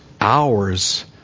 hours